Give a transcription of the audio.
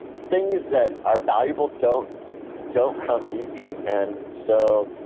things that are valuable don't don't come easy. and so,